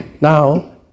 Now